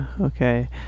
okay